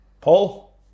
Paul